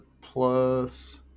Plus